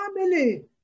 family